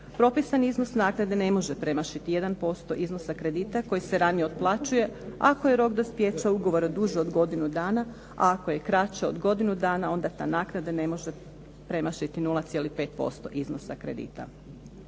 Propisani iznos naknade ne može premašiti 1% iznosa kredita koji se ranije otplaćuje ako je rok dospijeća ugovora duže od godinu dana, a ako je kraće od godinu dana onda ta naknada ne može premašiti 0,5% iznosa kredita.